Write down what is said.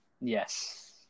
Yes